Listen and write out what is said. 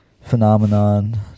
phenomenon